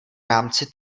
rámci